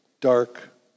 dark